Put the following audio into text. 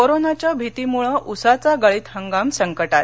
कोरोनाच्या भीतिमुळे ऊसाचा गळित हंगाम संकटात